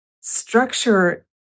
structure